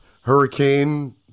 hurricane